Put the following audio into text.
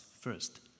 first